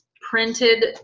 printed